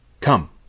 Come